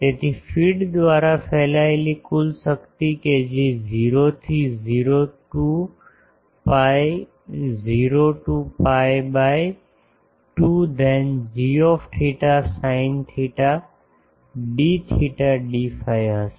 તેથી ફીડ દ્વારા ફેલાયેલી કુલ શક્તિ કે જે 0 થી 0 to 2 pi 0 to pi by 2 then gθ sin theta d theta d phi હશે